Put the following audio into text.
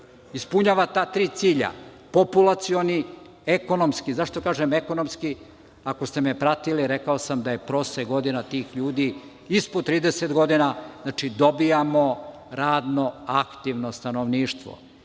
Ispunjava ta tri cilja - populacioni, ekonomski, zašto kažem ekonomski, ako ste me pratili, rekao sam da je prosek godina tih ljudi ispod 30 godina. Znači, dobijamo radno aktivne stanovništvo.